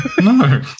no